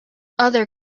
other